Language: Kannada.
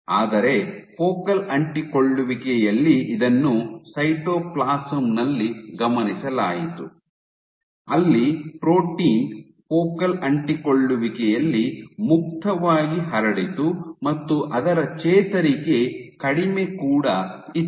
ಆದರೆ ಫೋಕಲ್ ಅಂಟಿಕೊಳ್ಳುವಿಕೆಯಲ್ಲಿ ಇದನ್ನು ಸೈಟೋಪ್ಲಾಸಂ ನಲ್ಲಿ ಗಮನಿಸಲಾಯಿತು ಅಲ್ಲಿ ಪ್ರೋಟೀನ್ ಫೋಕಲ್ ಅಂಟಿಕೊಳ್ಳುವಿಕೆಯಲ್ಲಿ ಮುಕ್ತವಾಗಿ ಹರಡಿತು ಮತ್ತು ಅದರ ಚೇತರಿಕೆ ಕಡಿಮೆ ಕೂಡ ಇತ್ತು